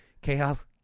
Chaos